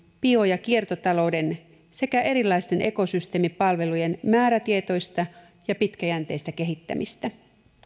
bio ja kiertotalouden sekä erilaisten ekosysteemipalvelujen määrätietoista ja pitkäjänteistä kehittämistä